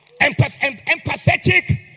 Empathetic